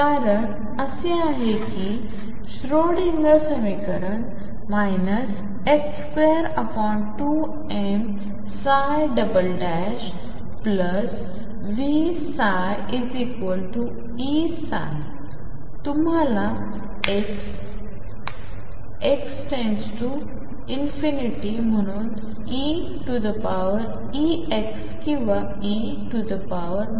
कारण असे आहे की श्रोडिंगर समीकरण 22mVψEψ तुम्हाला x x→∞ म्हणून eαx किंवा e αx